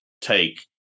take